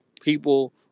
people